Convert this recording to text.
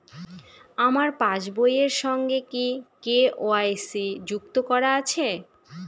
আমার পাসবই এর সঙ্গে কি কে.ওয়াই.সি যুক্ত করা আছে?